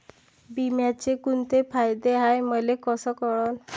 बिम्याचे कुंते फायदे हाय मले कस कळन?